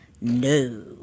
No